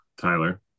Tyler